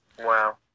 Wow